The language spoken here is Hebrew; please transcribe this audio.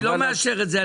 אני לא מאשר את זה.